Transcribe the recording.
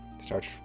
start